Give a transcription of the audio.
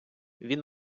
він